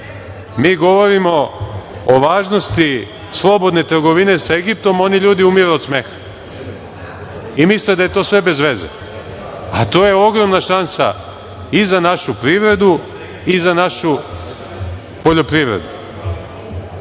Mi govorimo o važnosti slobodne trgovine sa Egiptom, oni ljudi umiru od smeha i misle da je to sve bez veze, a to je ogromna šansa i za našu privredu i za našu poljoprivredu. Postavili